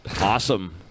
Awesome